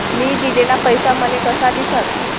मी दिलेला पैसा मले कसा दिसन?